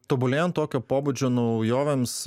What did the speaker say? tobulėjant tokio pobūdžio naujovėms